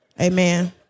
Amen